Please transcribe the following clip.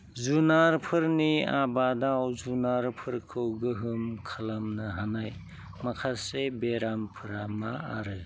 जुनारफोरनि आबादाव जुनारफोरखौ गोहोम खालामनो हानाय माखासे बेरामफोरा मा आरो